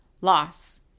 loss